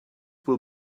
will